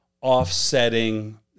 offsetting